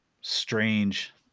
strange